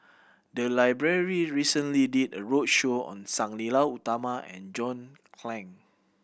the library recently did a roadshow on Sang Nila Utama and John Clang